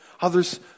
Others